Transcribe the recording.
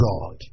God